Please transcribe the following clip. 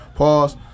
pause